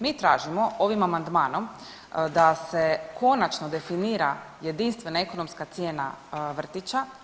Mi tražimo ovim amandmanom da se konačno definira jedinstvena ekonomska cijena vrtića.